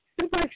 super